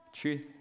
truth